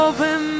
Open